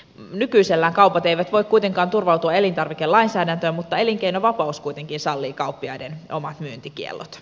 nykyisellään kaupat eivät voi kuitenkaan turvautua elintarvikelainsäädäntöön mutta elinkeinovapaus kuitenkin sallii kauppiaiden omat myyntikiellot